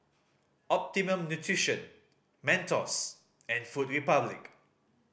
Optimum Nutrition Mentos and Food Republic